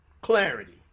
clarity